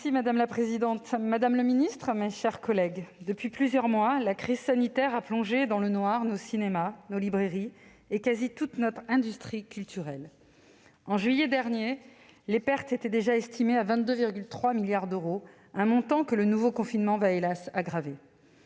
Madame la présidente, madame la ministre, mes chers collègues, depuis plusieurs mois, la crise sanitaire a plongé dans le noir nos cinémas, nos librairies et presque toute notre industrie culturelle. En juillet dernier, les pertes étaient déjà estimées à 22,3 milliards d'euros, un montant que le nouveau confinement va hélas ! aggraver.